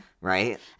Right